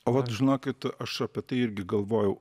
o vat žinokit aš apie tai irgi galvojau